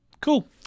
cool